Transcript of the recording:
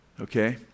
Okay